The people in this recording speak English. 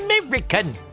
American